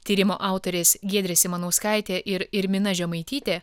tyrimo autorės giedrė simanauskaitė ir irmina žemaitytė